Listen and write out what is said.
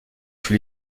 fut